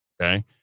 okay